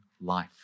life